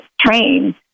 trained